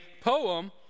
poem